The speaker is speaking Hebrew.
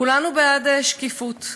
כולנו בעד שקיפות.